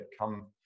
come